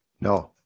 No